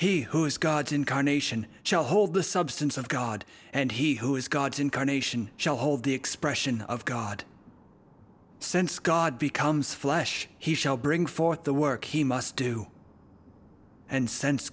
he who is god's incarnation shall hold the substance of god and he who is god's incarnation shall hold the expression of god sense god becomes flesh he shall bring forth the work he must do and s